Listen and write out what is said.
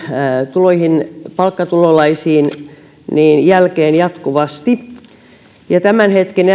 tuloihin palkkatulolaisiin jälkeen jatkuvasti tämän hetken